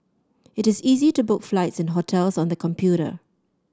it is easy to book flights and hotels on the computer